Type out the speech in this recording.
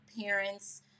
parents